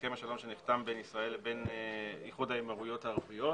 הסכם השלום שנחתם בין ישראל לבין איחוד האמירויות הערביות,